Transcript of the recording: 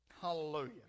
Hallelujah